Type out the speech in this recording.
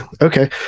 Okay